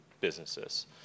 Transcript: businesses